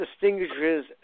distinguishes